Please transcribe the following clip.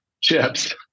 chips